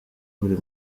buri